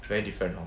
very different hor